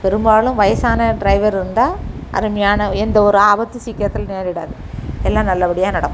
பெரும்பாலும் வயசான ட்ரைவர் இருந்தால் அருமையான எந்த ஒரு ஆபத்தும் சீக்கிரத்துல நேரிடாது எல்லாம் நல்லபடியாக நடக்கும்